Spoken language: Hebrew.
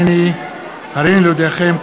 הריני להודיעכם,